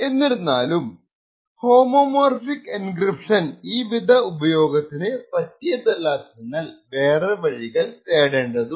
എന്നിരുന്നാലും homomorphic encryption ഈ വിധ ഉപയോഗത്തിന് പറ്റിയതല്ലാത്തതിനാൽ വേറെ വഴികൾ തേടേണ്ടതുണ്ട്